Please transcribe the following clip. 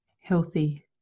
healthy